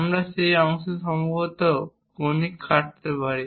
আমরা সেই অংশে সম্ভবত কনিক কাটতে পারি